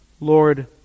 Lord